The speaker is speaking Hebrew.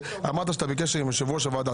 אמרת שאתה בקשר עם יושב-ראש הוועדה.